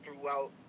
throughout